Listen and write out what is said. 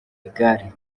igare